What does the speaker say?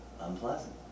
unpleasant